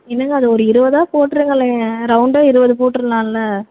என்னங்க அது ஒரு இருபதா போட்ருங்களே ரௌண்டாக இருபது போட்றலான்ல